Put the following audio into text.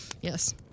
Yes